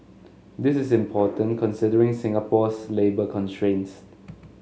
this is important considering Singapore's labour constraints